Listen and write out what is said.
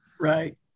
Right